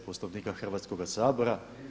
Poslovnika Hrvatskoga sabora.